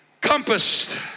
compassed